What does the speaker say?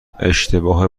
اشتباه